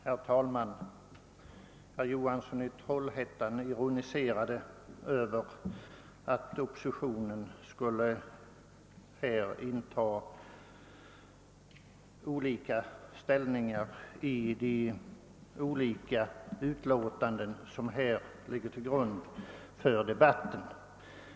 Herr talman! Herr Johansson i Trollhättan ironiserade över att oppositionen inte skulle inta samma: ställning i de olika utlåtanden som här ligger till grund för debatten.